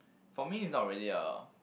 for me is not really a